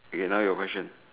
okay now your question